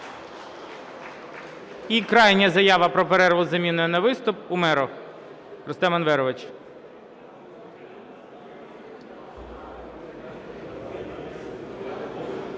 І крайня заява про перерву із заміною на виступ, Умєров Рустем Енверович.